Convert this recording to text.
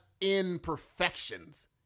imperfections